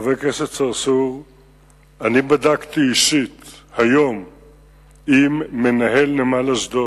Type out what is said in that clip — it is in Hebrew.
פורסם לאחרונה כי בעקבות פניית נשות "מחסום Watch",